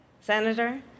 Senator